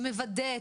שמוודאת,